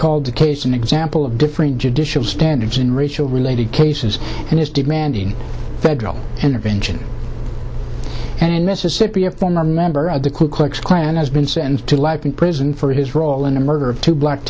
called the case an example of different judicial standards in ritual related cases and is demanding federal intervention and in mississippi a former member of the ku klux klan has been sentenced to life in prison for his role in the murder of two black